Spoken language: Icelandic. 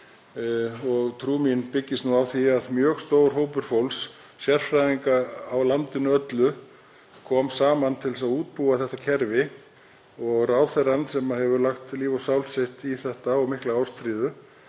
trú mín byggist á því að mjög stór hópur fólks, sérfræðingar á landinu öllu, kom saman til að útbúa þetta kerfi. Ráðherrann sem hefur lagt líf sitt og sál í þetta og mikla ástríðu